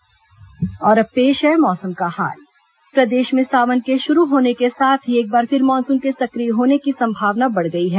मौसम और अब पेश है मौसम का हाल प्रदेश में सावन के शुरू होने के साथ ही एक बार फिर मानसून के सक्रिय होने की संभावना बढ़ गई है